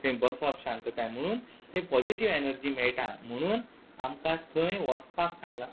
थंय बसप शांतताय म्हुणून थंय पॉजिटीव एनर्जी मेळटा म्हुणून आमकां थंय वोसपाक सांगलां